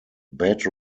bad